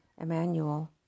Emmanuel